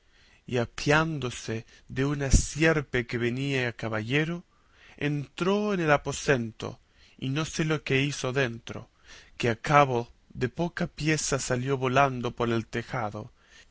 y apeándose de una sierpe en que venía caballero entró en el aposento y no sé lo que se hizo dentro que a cabo de poca pieza salió volando por el tejado